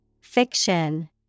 Fiction